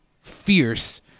fierce